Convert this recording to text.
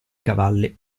cavalli